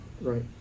right